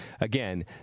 Again